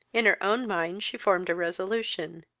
in her own mind she formed a resolution,